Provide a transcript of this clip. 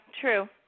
true